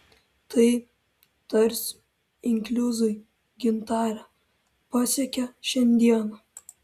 tai tarsi inkliuzai gintare pasiekę šiandieną